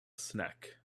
snack